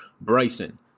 bryson